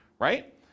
right